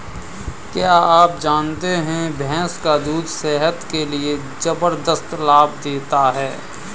क्या आप जानते है भैंस का दूध सेहत के लिए जबरदस्त लाभ देता है?